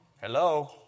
Hello